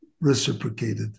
reciprocated